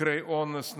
מקרי אונס,